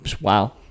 Wow